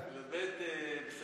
אינו נוכח,